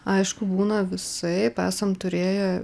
aišku būna visaip esam turėję